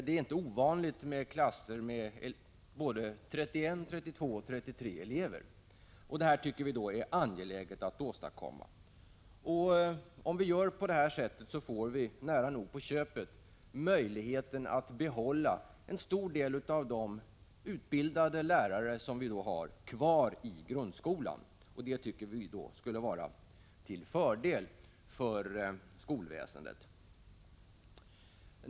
Det är inte ovanligt med klasser på upp till 31, 32 och 33 elever. Vi tycker att det är mycket angeläget att åstadkomma en ändring. Om vi minskar elevantalet får vi nära nog på köpet möjlighet att behålla en stor del av de utbildade lärare som vi nu har i grundskolan. Det skulle vara till fördel för skolväsendet.